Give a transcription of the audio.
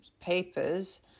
papers